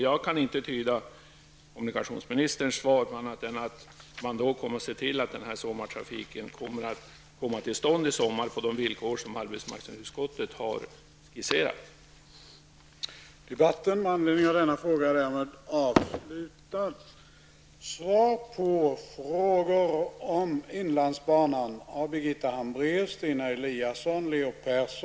Jag kan inte tyda kommunikationsministerns svar på annat sätt än att man då kommer att se till att sommartrafiken kommer till stånd på de villkor som arbetsmarknadsutskottet har skisserat.